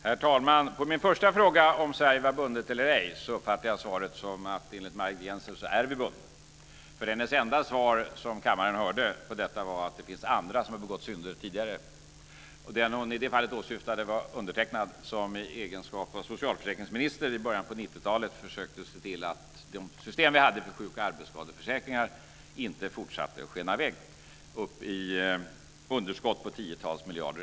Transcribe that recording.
Herr talman! På min första fråga om Sverige var bundet eller ej uppfattade jag svaret som att vi enligt Margit Gennser är bundna. Hennes enda svar på detta var att det finns andra som har begått synder tidigare. Den som hon i det fallet åsyftade var undertecknad som i egenskap av socialförsäkringsminister i början av 90-talet försökte att se till att de system som vi hade för sjuk och arbetsskadeförsäkringar inte fortsatte att skena i väg upp till underskott på tiotals miljarder.